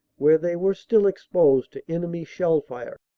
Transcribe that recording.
where they were still exposed to enemy shell fire.